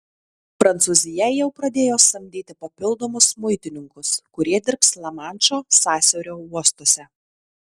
prancūzija jau pradėjo samdyti papildomus muitininkus kurie dirbs lamanšo sąsiaurio uostuose